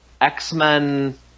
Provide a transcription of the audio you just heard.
X-Men